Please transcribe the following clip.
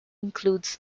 includes